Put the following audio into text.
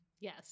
Yes